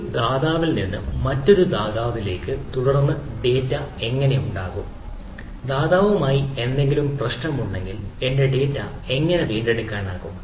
ഒരു ദാതാവിൽ നിന്ന് മറ്റൊരു ദാതാവിലേക്ക് തുടർന്ന് ഡാറ്റ എങ്ങനെ ഉണ്ടാകും ദാതാവുമായി എന്തെങ്കിലും പ്രശ്നമുണ്ടെങ്കിൽ എന്റെ ഡാറ്റ എങ്ങനെ വീണ്ടെടുക്കാനാകും